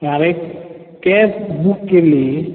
हांवें एक cab book केल्ली